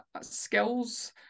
skills